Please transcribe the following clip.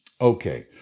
okay